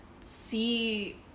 see